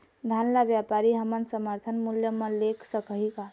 धान ला व्यापारी हमन समर्थन मूल्य म ले सकही का?